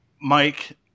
Mike